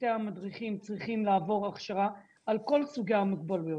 צוותי המדריכים צריכים לעבור הכשרה על כל סוגי המוגבלויות,